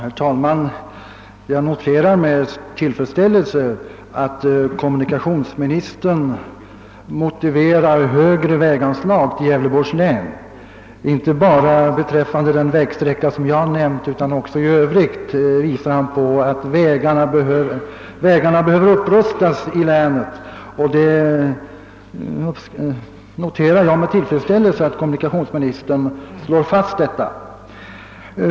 Herr talman! Jag noterar med tillfredsställelse att komunikationsministern finner det motiverat med högre anslag till vägarna i Gävleborgs län, inte bara till den vägsträcka jag nämnt om utan även till andra vägar. Det visar ju att vägarna i länet behöver upprustas. Jag noterar med tillfredsställese att kommunikationsministern slår fast detta.